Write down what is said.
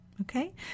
okay